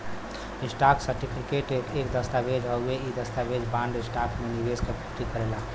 stock certificate एक दस्तावेज़ हउवे इ दस्तावेज बॉन्ड, स्टॉक में निवेश क पुष्टि करेला